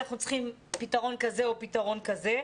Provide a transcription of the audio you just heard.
אנחנו צריכים פתרון כזה או פתרון כזה.